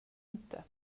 inte